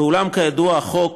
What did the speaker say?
ואולם, כידוע החוק